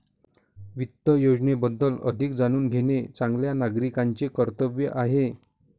वित्त योजनेबद्दल अधिक जाणून घेणे चांगल्या नागरिकाचे कर्तव्य आहे